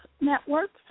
network